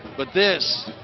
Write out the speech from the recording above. but this,